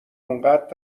انقدر